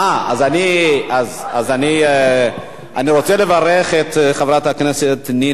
אכן, חבר הכנסת יואל